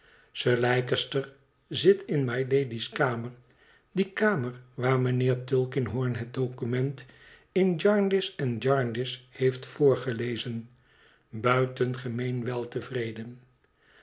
sir leicester zit in mylady's kamer die kamer waar mijnheer tulkinghorn het document in jarndyce en jarndyce heeft voorgelezen buitengemeen weltevreden